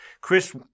Chris